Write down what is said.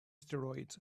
steroids